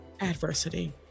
adversity